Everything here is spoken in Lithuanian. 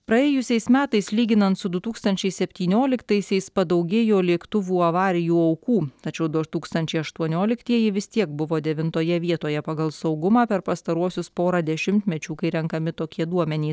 praėjusiais metais lyginant su du tūkstančiai septynioliktaisiais padaugėjo lėktuvų avarijų aukų tačiau du aš tūkstančiai aštuonioliktieji vis tiek buvo devintoje vietoje pagal saugumą per pastaruosius pora dešimtmečių kai renkami tokie duomenys